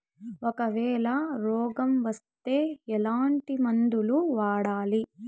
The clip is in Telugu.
ఒకవేల రోగం వస్తే ఎట్లాంటి మందులు వాడాలి?